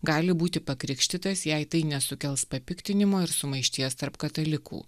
gali būti pakrikštytas jei tai nesukels papiktinimo ir sumaišties tarp katalikų